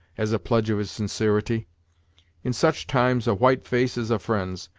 as a pledge of his sincerity in such times, a white face is a friend's,